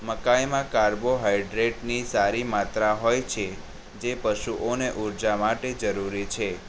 મકાઈમાં કાર્બોહાઇડ્રેટની સારી માત્રા હોય છે જે પશુઓને ઉર્જા માટે જરૂરી છે